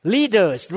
Leaders